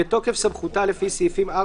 בתוקף סמכותה לפי סעיפים 4,